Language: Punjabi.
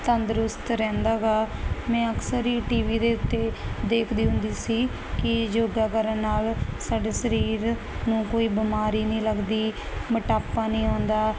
ਤੰਦਰੁਸਤ ਰਹਿੰਦਾ ਗਾ ਮੈਂ ਅਕਸਰ ਹੀ ਟੀਵੀ ਦੇ ਉੱਤੇ ਦੇਖਦੀ ਹੁੰਦੀ ਸੀ ਕਿ ਯੋਗਾ ਕਰਨ ਨਾਲ ਸਾਡੇ ਸਰੀਰ ਨੂੰ ਕੋਈ ਬਿਮਾਰੀ ਨਹੀਂ ਲੱਗਦੀ ਮੋਟਾਪਾ ਨਹੀਂ ਆਉਂਦਾ